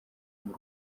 muri